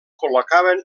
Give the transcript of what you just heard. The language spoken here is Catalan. col·locaven